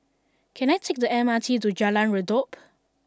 can I take the M R T to Jalan Redop